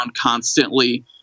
constantly